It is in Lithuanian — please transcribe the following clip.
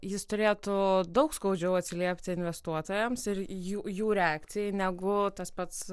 jis turėtų daug skaudžiau atsiliepti investuotojams ir į jų jų reakcijai negu tas pats